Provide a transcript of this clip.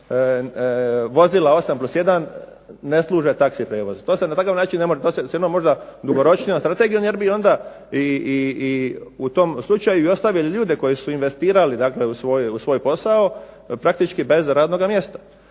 vozila osam plus jedan ne služe taxi prijevoz. To se na takav način ne može. To se s jednom možda dugoročnijom strategijom jer bi onda i u tom slučaju i ostavili ljude koji su investirali dakle u svoj posao, praktički bez radnoga mjesta.